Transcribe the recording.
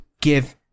give